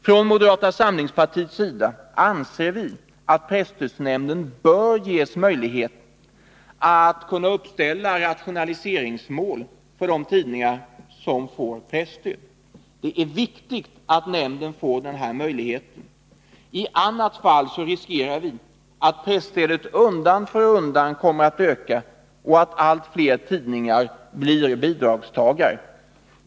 Från moderata samlingspartiets sida anser vi att presstödsnämnden bör ges möjlighet att uppställa rationaliseringsmål för de tidningar som uppbär presstöd. Det är viktigt att nämnden får den möjligheten. I annat fall riskerar vi att presstödet undan för undan kommer att öka och att allt fler tidningar blir bidragstagare.